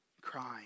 crying